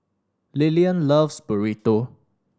Lilian loves Burrito